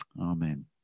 amen